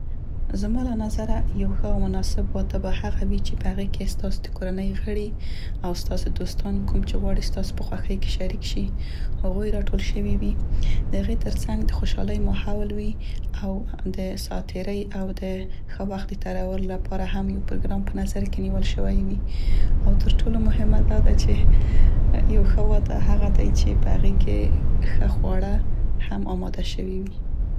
زما له نظره یو ښه او مناسب واده به هغه وي چې په هغې کې ستاسو د کورنۍ غړي او ستاسو دوستان، کوم چې غواړي ستاسو په خوښۍ کې شریک شي، هغوی راټول شوي وي، د هغې تر څنګ د خوشالۍ ماحول وي او د ساعترۍ او د ښه وخت د تیرولو لپاره هم یو پروګرام په نظر کې نیول شوی وي. او تر ټولو مهمه دا ده چې يو ښه واده هغه دی چې په هغې کې ښه خواړه هم اماده شوي وي.